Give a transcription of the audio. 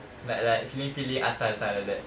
like like feeling feeling atas lah like that